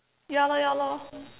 ya lor ya lor